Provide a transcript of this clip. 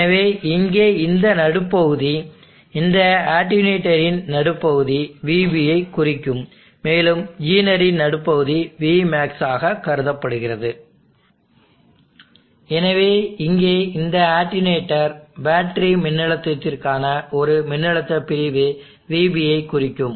எனவே இங்கே இந்த நடுப்பகுதி இந்த அட்டென்யூட்டரின நடுப்பகுதி vBஐ குறிக்கும் மேலும் ஜீனரின் நடுப்பகுதி vmax ஆக கருதப்படுகிறது எனவே இங்கே இந்த அட்டென்யூட்டர் பேட்டரி மின்னழுத்தத்திற்கான ஒரு மின்னழுத்த பிரிவு vB ஐ குறிக்கும்